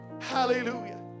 Hallelujah